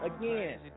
Again